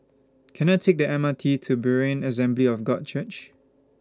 Can I Take The M R T to Berean Assembly of God Church